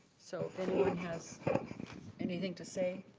so if anyone has anything to say.